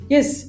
Yes